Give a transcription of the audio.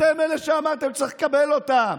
אתם אלה שאמרתם שצריך לקבל אותם.